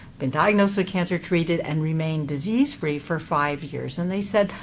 been diagnosed with cancer, treated, and remained disease free for five years. and they said,